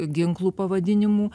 ginklų pavadinimų